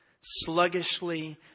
sluggishly